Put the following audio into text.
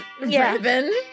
ribbon